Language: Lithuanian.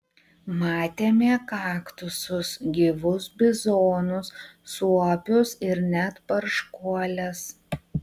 matėme kaktusus gyvus bizonus suopius ir net barškuoles